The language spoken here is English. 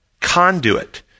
Conduit